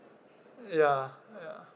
ya ya